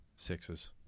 Sixes